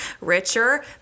richer